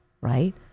Right